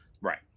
right